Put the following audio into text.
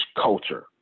culture